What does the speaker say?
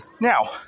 Now